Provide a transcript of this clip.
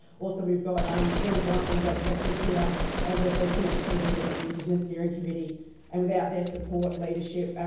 also we've got um jenny bryant, one of our directors here and also tenis kaber, heads up the indigenous steering committee and without their support, leadership,